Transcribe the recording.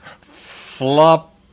flop